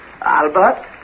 Albert